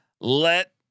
let